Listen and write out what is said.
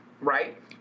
right